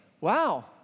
wow